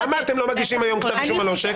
למה אתם לא מגישים היום כתב אישום על עושק?